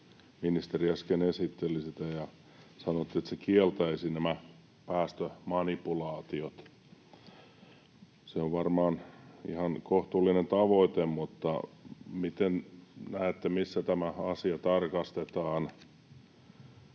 ministeri äsken esitteli ja sanoi, että se kieltäisi nämä päästömanipulaatiot — on varmaan ihan kohtuullinen tavoite, mutta: miten näette, missä tämä asia tarkastetaan